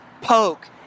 poke